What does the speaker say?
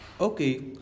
Okay